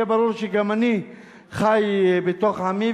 שיהיה ברור שגם אני חי בתוך עמי,